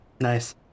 Nice